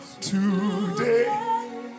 Today